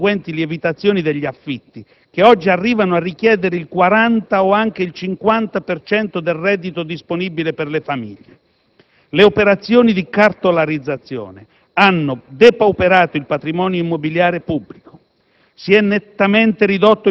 con inevitabili conseguenti lievitazioni degli affitti, che oggi arrivano a richiedere il 40 o anche il 50 per cento del reddito disponibile per le famiglie; le operazioni di cartolarizzazione hanno depauperato il patrimonio immobiliare pubblico;